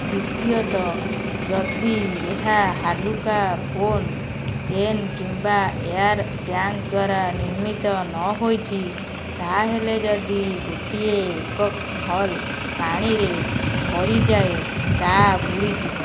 ଦ୍ୱିତୀୟତଃ ଯଦି ଏହା ହାଲୁକା ଫୋନ୍ ଏନ୍ କିମ୍ବା ଏଆର୍ ଟ୍ୟାଙ୍କ ଦ୍ୱାରା ନିର୍ମିତ ନହୋଇଛି ତା'ହେଲେ ଯଦି ଗୋଟିଏ ଏକକ ହଲ୍ ପାଣିରେ ଭରି ଯାଏ ତା ବୁଡ଼ି ଯିବ